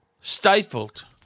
stifled